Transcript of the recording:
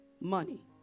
money